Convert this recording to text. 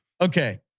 Okay